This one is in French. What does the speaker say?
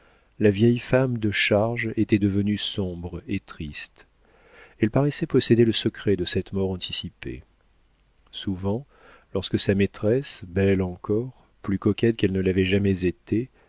la vieille femme de charge était devenue sombre et triste elle paraissait posséder le secret de cette mort anticipée souvent lorsque sa maîtresse belle encore plus coquette qu'elle ne l'avait jamais été